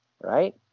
Right